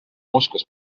moskvas